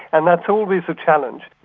and that's always a challenge.